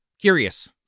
curious